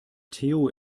theo